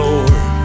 Lord